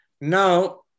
Now